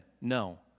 No